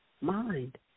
mind